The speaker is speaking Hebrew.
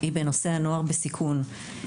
בנושא הנוער בסיכון.